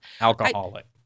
Alcoholic